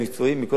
מכל מקום,